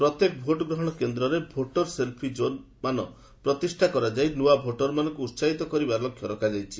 ପ୍ରତ୍ୟେକ ଭୋଟ ଗ୍ରହଣ କେନ୍ଦ୍ରରେ ଭୋଟର ସେଲ୍ଫି ଜୋନ୍ମାନଙ୍କ ପ୍ରତିଷ୍ଠା କରାଯାଇ ନ୍ତଆ ଭୋଟରମାନଙ୍କୁ ଉତ୍ସାହିତ କରିବା ଲକ୍ଷ୍ୟ ରଖାଯାଇଛି